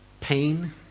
Pain